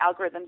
algorithms